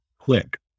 click